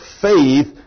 faith